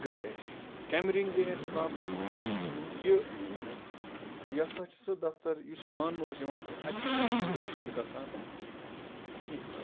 گٔے اَسہِ کیٚمہِ رٔنٛگۍ گٔے اَسہِ پرٛابلِم یہِ یہِ ہسا چھُ سُہ دَفتَر یُس مانٛنہٕ اوس یِوان کہِ اَتہِ ہسا چھِنہٕ رِشوَت گژھان کِہیٖنۍ